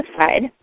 side